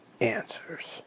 answers